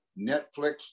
Netflix